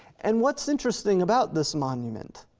and what's interesting about this monument?